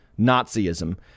Nazism